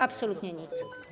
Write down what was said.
Absolutnie nic.